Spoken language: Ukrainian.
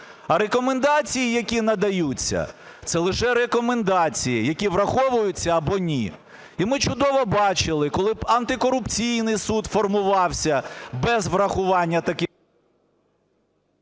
а рекомендації, які надаються, це лише рекомендації, які враховуються або ні. І ми чудово бачили, коли Антикорупційний суд формувався без врахування таких…